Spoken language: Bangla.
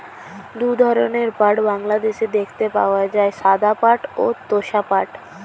দুই ধরনের পাট বাংলাদেশে দেখতে পাওয়া যায়, সাদা পাট ও তোষা পাট